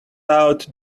out